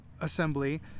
assembly